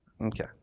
Okay